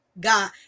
God